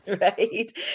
Right